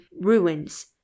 ruins